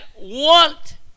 want